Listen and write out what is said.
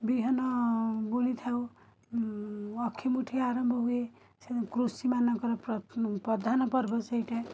ବିହନ ବୁଣି ଥାଉ ଅକ୍ଷିମୁଠି ଆରମ୍ଭ ହୁଏ ସେ କୃଷିମାନଙ୍କର ପ୍ରଧାନପର୍ବ ସେଇଟା